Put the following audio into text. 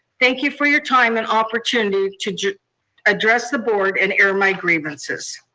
thank you for your time and opportunity to address the board and air my grievances.